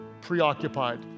preoccupied